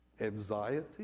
anxiety